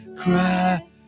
cry